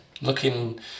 Looking